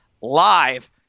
live